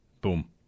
boom